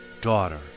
Daughter